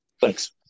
Thanks